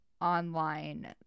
online